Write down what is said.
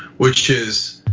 which is,